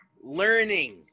learning